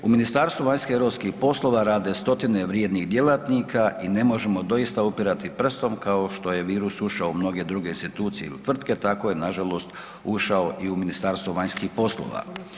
U Ministarstvu vanjskih i europskih poslova rade 100-tine vrijednih djelatnika i ne možemo doista upirati prstom kao što je virus ušao u mnoge druge institucije il tvrtke tako je nažalost ušao i u Ministarstvo vanjskih poslova.